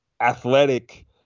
athletic